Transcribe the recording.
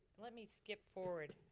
let me skip forward.